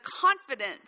confidence